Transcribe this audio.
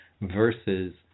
versus